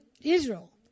Israel